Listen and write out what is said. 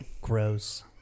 Gross